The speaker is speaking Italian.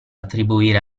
attribuire